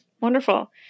Wonderful